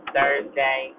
Thursday